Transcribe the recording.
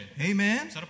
Amen